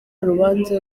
rubanza